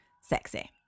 sexy